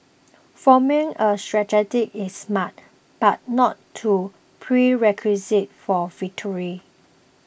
forming a strategy is smart but not to prerequisite for victory